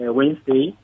Wednesday